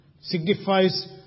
signifies